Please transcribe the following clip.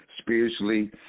spiritually